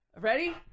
Ready